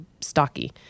stocky